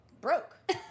broke